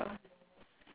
ya